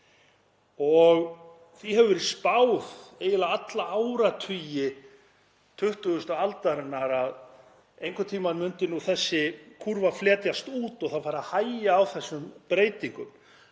Því hefur verið spáð eiginlega alla áratugi 20. aldarinnar að einhvern tímann myndi þessi kúrfa fletjast út og þá færi að hægja á þessum breytingum